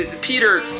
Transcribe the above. Peter